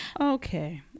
okay